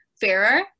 fairer